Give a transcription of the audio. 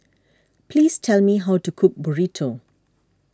please tell me how to cook Burrito